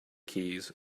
keys